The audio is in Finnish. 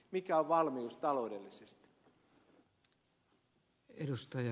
mikä on valmius taloudellisesti